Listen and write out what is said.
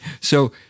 So-